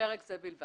פרק זה בלבד.